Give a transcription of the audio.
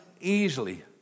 easily